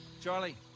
Charlie